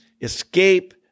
escape